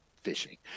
fishing